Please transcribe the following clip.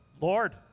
Lord